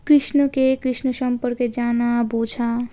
কৃষ্ণকে কৃষ্ণ সম্পর্কে জানা বোঝা